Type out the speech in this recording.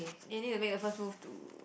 they need to make the first move to